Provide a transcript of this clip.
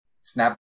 snap